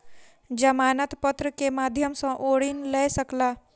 जमानत पत्र के माध्यम सॅ ओ ऋण लय सकला